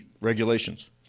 regulations